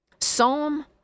Psalm